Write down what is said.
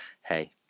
hey